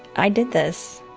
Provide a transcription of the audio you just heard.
i did this,